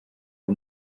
uyu